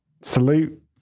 salute